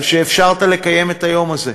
על שאפשרת לקיים את היום הזה,